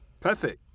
perfect